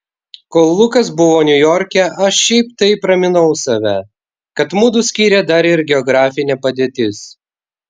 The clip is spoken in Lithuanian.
kol lukas buvo niujorke aš šiaip taip raminau save kad mudu skiria dar ir geografinė padėtis